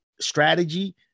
strategy